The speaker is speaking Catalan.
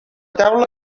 taula